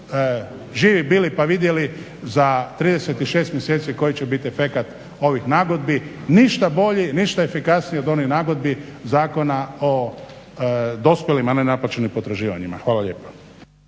živi bili pa vidjeli za 36 mjeseci koji će biti efekt ovih nagodbi. Ništa bolji, ništa efikasniji od onih nagodbi Zakona o dospjelim a nenaplaćenim potraživanjima. Hvala lijepo.